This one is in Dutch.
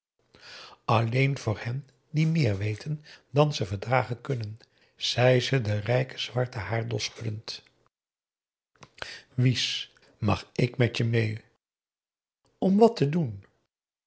alleen voor hen die meer weten dan ze verdragen kunnen zei ze den rijken zwarten haardos schuddend wies mag ik met je meê om wat te doen